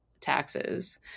taxes